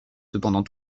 cependant